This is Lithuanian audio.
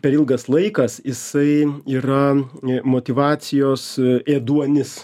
per ilgas laikas jisai yra e motyvacijos ėduonis